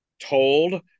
told